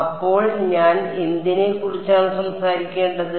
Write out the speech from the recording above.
അപ്പോൾ ഞാൻ എന്തിനെക്കുറിച്ചാണ് സംസാരിക്കേണ്ടത്